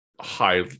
high